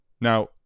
Now